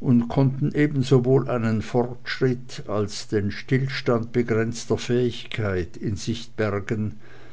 und konnten ebensowohl einen fortschritt als den stillstand begrenzter fähigkeit in sich